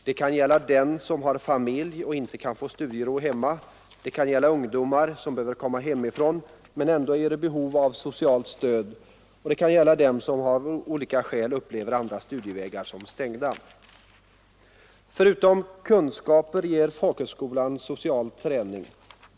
Det kan gälla dem som har familj och inte får studiero hemma, det kan gälla ungdomar som behöver komma hemifrån men ändå är i behov av socialt stöd, och det kan gälla dem som av olika skäl upplever andra studievägar som stängda. Förutom kunskaper ger folkhögskolan social träning.